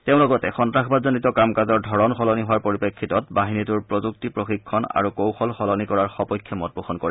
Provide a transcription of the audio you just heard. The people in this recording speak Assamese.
তেওঁ লগতে সন্নাসবাদজনিত কাম কাজৰ ধৰণ সলনি হোৱাৰ পৰিপ্ৰেক্ষিতত বাহিনীটোৰ প্ৰযুক্তি প্ৰশিক্ষণ আৰু কৌশল সলনি কৰাৰ সপক্ষে মত পোষণ কৰে